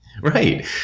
Right